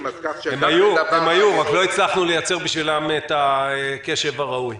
הם היו אבל לא הצלחנו לייצר בשבילם את הקשב הראוי.